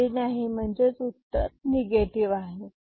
carry नाही म्हणजेच उत्तर निगेटिव आहे